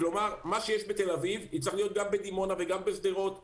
כלומר מה שיש בתל-אביב יצטרך להיות גם בדימונה וגם בשדרות ובעפולה?